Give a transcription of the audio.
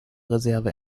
reserve